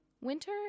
Winter